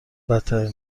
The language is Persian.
بدترین